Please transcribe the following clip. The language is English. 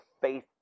faith